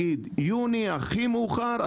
הכי מאוחר ביוני,